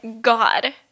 god